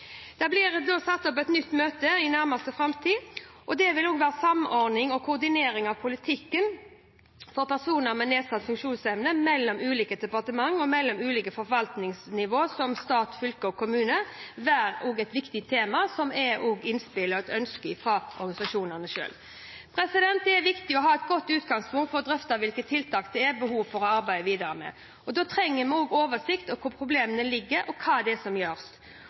Det vil bli satt opp et nytt møte i nærmeste framtid. Der vil samordning og koordinering av politikken for personer med nedsatt funksjonsevne mellom ulike departementer og mellom ulike forvaltningsnivåer som stat, fylke og kommune være et viktig tema, som også er et innspill og et ønske fra organisasjonene selv. Det er viktig å ha et godt utgangspunkt for å drøfte hvilke tiltak det er behov for å arbeide videre med. Da trenger vi oversikt over hvor problemene ligger, og hva som gjøres. En viktig statusoversikt er